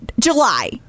July